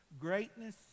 Greatness